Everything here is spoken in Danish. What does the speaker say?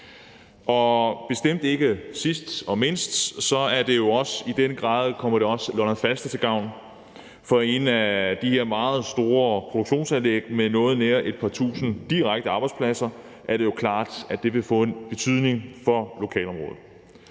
men bestemt ikke mindst, kommer det jo i den grad også Lolland-Falster til gavn. For med et af de her meget store produktionsanlæg med noget nær et par tusind direkte arbejdspladser er det jo klart, at det vil få en betydning for lokalområdet.